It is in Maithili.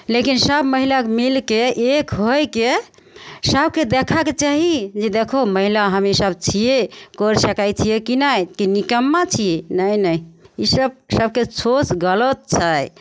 लेकिन सब महिलाके मिलके एक होइके सबके देखऽके चाही जे देखो महिला हमे सब छियै करि सकय छियै की नहि की निक्क्मा छियै नहि नहि ईसब सबके सोच गलत छै